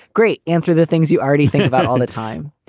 great answer. the things you already think about all the time.